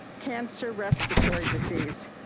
cancer, respiratory disease.